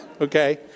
Okay